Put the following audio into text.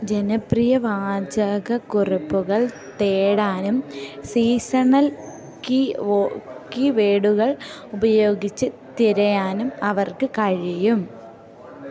ജനപ്രിയ വാചകക്കുറിപ്പുകൾ തേടാനും സീസണൽ കീവേഡുകൾ ഉപയോഗിച്ച് തിരയാനും അവർക്ക് കഴിയും